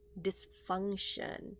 dysfunction